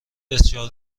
بسیار